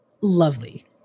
lovely